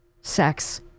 sex